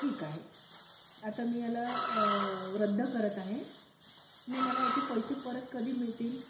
ठीक आहे आता मी याला रद्द करत आहे मग मला याचे पैसे परत कधी मिळतील